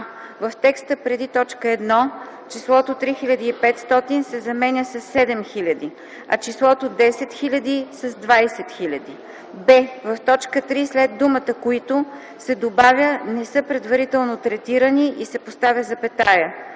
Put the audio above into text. в теста преди т. 1 числото „3500” се заменя със „7000”, а числото „10 000” – с „20 000”; б) в т. 3 след думата „които” се добавя „не са предварително третирани” и се поставя запетая;